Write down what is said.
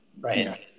right